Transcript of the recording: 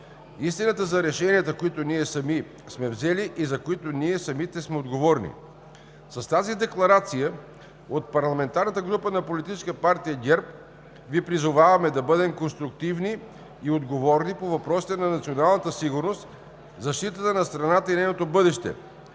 истината за решенията, които ние сами сме взели и за които ние самите сме отговорни. С тази декларация от парламентарната група на Политическа партия ГЕРБ Ви призоваваме да бъдем конструктивни и отговорни по въпросите на националната сигурност, защитата на страната и нейното бъдеще,